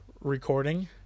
recording